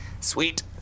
Sweet